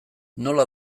nola